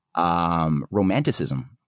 romanticism